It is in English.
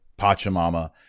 Pachamama